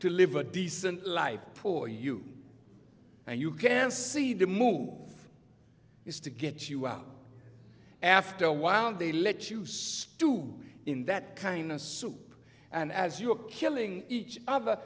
to live a decent life for you and you can see the move is to get you out after a while and they let you do in that kind of soup and as you're killing each other